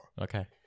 okay